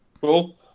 Cool